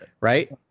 Right